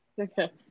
Okay